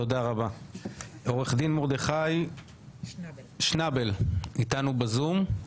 תודה רבה עו"ד מרדכי שנבל איתנו בזום.